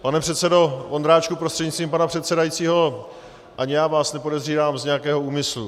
Pane předsedo Vondráčku prostřednictvím pana předsedajícího, ani já vás nepodezírám z nějakého úmyslu.